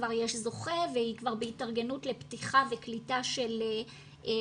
כבר יש זוכה והיא כבר בהתארגנות לפתיחה וקליטה של מופנים,